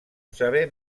saber